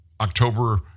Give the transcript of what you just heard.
October